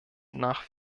nach